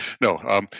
No